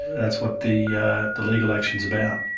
that's what the yeah the legal action's about.